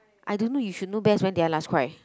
I don't know you should know best when did I last cry